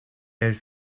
elle